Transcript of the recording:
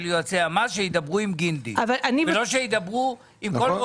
יועצי המס שידברו עם גינדי ולא שידברו עם כל גורם.